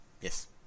yes